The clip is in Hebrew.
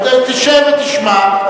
אתה רוצה להתווכח אתי?